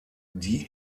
die